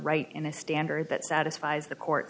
write in a standard that satisfies the court